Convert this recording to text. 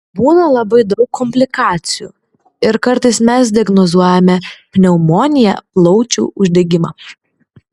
būna labai daug komplikacijų ir kartais mes diagnozuojame pneumoniją plaučių uždegimą